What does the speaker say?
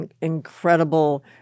incredible